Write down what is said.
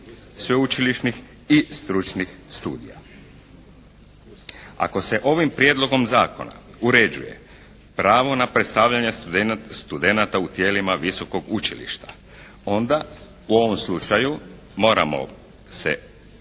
sveučilišnih i stručnih studija. Ako se ovim prijedlogom zakona uređuje pravo na predstavljanje studenata u tijelima Visokog učilišta onda u ovom slučaju moramo se osvrnuti